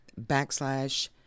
backslash